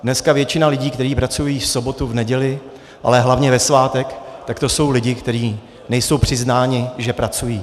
Dneska většina lidí, kteří pracují v sobotu, v neděli, ale hlavně ve svátek, tak to jsou lidi, kteří nejsou přiznáni, že pracují.